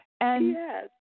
Yes